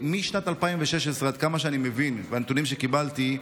שמשנת 2016, עד כמה שאני מבין והנתונים שקיבלתי,